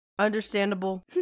understandable